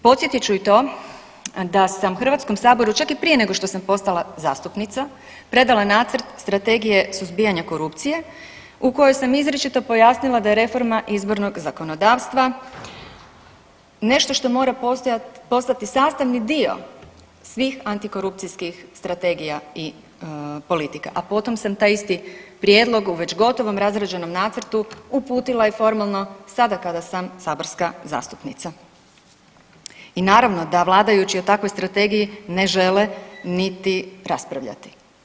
Podsjetit ću i to da sam HS čak i prije nego što sam postala zastupnica, predala nacrt Strategije suzbijanja korupcije u kojoj sam izričito pojasnila da je reforma izbornog zakonodavstva nešto što mora postati sastavni dio svih antikorupcijskih strategija i politika, a potom sam taj isti prijedlog u već gotovom razrađenom nacrtu uputila i formalno sada kada sam saborska zastupnica i naravno da vladajući o takvoj strategiji ne žele niti raspravljati.